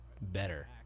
better